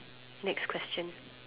next question